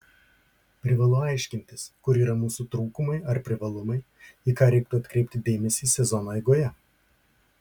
privalu aiškintis kur yra mūsų trūkumai ar privalumai į ką reiktų atkreipti dėmesį sezono eigoje